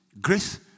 Grace